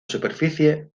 superficie